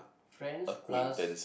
friends plus